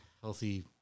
healthy